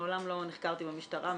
מעולם לא נחקרתי במשטרה,